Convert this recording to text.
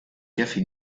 café